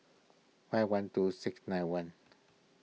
five one two six nine one